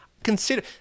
consider